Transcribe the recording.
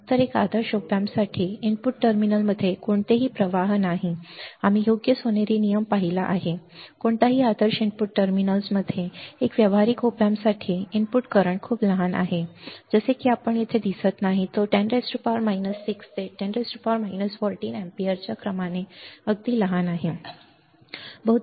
तर एक आदर्श op amp साठी इनपुट टर्मिनल्स मध्ये कोणताही प्रवाह नाही आम्ही योग्य सोनेरी नियम पाहिला आहे कोणताही आदर्श इनपुट टर्मिनल्स मध्ये एक व्यावहारिक op amps साठी इनपुट करंट्स खूप लहान आहेत जसे की आपण येथे दिसत नाही तो 10 6 ते 10 14 अँपिअरच्या क्रमाने अगदी लहान आहे बरोबर